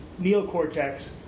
neocortex